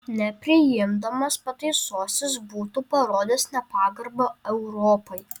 nepriimdamas pataisos jis būtų parodęs nepagarbą europai